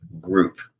group